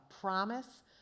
promise